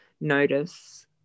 notice